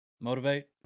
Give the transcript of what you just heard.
motivate